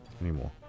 anymore